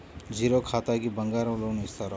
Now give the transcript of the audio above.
Zero ఖాతాకి బంగారం loan ఇస్తారా?